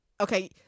Okay